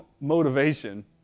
motivation